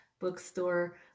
bookstore